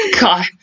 God